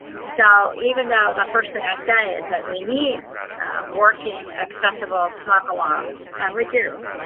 so, even though the first thing i say is that we need working accessible smoke alarms, and we do,